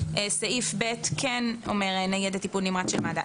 סעיף (ב) כן אומר נגד טיפול נמרץ של מד"א.